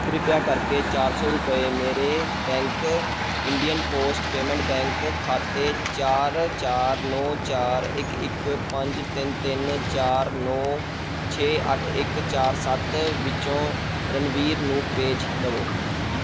ਕ੍ਰਿਪਾ ਕਰਕੇ ਚਾਰ ਸੌ ਰੁਪਏ ਮੇਰੇ bank Indian post payment bank ਖਾਤੇ ਚਾਰ ਚਾਰ ਨੌ ਚਾਰ ਇੱਕ ਇੱਕ ਪੰਜ ਤਿੰਨ ਤਿੰਨ ਚਾਰ ਨੌਂ ਛੇ ਅੱਠ ਇੱਕ ਚਾਰ ਸੱਤ ਵਿੱਚੋਂ ਰਣਬੀਰ ਨੂੰ ਭੇਜ ਦੇਵੋ